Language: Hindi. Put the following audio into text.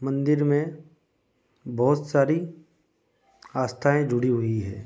मंदिर में बहुत सारी आस्थाएँ जुड़ी हुई हैं